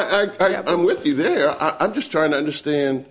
thirty i'm with you there i'm just trying to understand